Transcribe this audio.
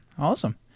awesome